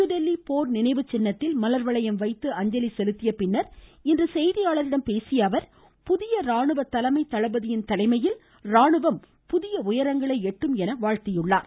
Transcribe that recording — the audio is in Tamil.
புதுதில்லி போர் நினைவு சின்னத்தில் மலர்வளையம் வைத்து அஞ்சலி செலுத்திய பின்னர் இன்று செய்தியாளர்களிடம் பேசிய அவர் புதிய ராணுவ தலைமை தளபதியின் தலைமையில் ராணுவம் புதிய உயரங்களை எட்டும் என்று வாழ்த்தியுள்ளார்